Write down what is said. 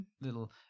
little